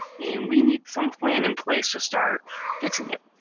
and we need some plan in place to start fixing it.